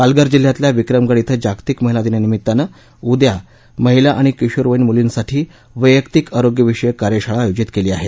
पालघर जिल्ह्यातल्या विक्रमगड ध्यें जागतिक महिला दिनानिमित्त उद्या महिला आणि किशोरवयीन मुलींसाठी वैयक्तिक आरोग्यविषयक कार्यशाळा आयोजित केली आहे